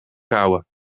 vrouwen